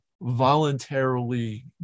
voluntarily